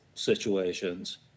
situations